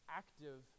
active